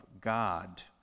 God